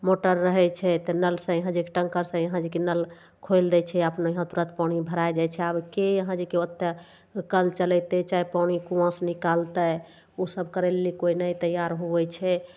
motor रहय छै तऽ नलसँ यहाँ जे कि टङ्करसँ यहाँ जे कि नल खोलि दै छै अपना यहाँ तुरत पानि भरा जाइ छै आबके यहाँ जे कि ओतऽ कल चलेतय चाहे पानि कुआँसँ निकालतय उ सब करय लए कोइ नहि तैयार हुवै छै